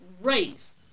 race